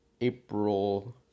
April